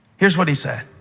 here's what he said.